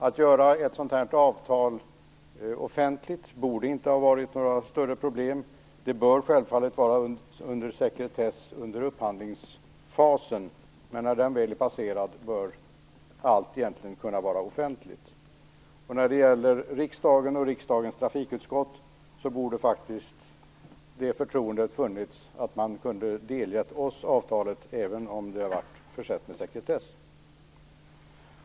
Att göra ett sådant här avtal offentligt borde inte vara något större problem. Avtalet bör självfallet vara under sekretess under upphandlingsfasen, men när denna väl är passerad bör egentligen allt kunna vara offentligt. När det gäller riksdagen och riksdagens trafikutskott borde faktiskt förtroendet ha funnits, så att vi hade delgetts avtalet även om det var belagt med sekretess.